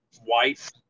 white